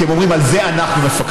כי הם אומרים: על זה אנחנו מפקחים.